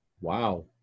wow